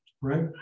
right